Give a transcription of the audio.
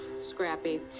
Scrappy